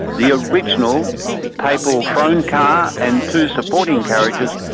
the original papal phone car and two supporting carriages,